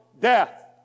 death